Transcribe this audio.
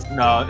no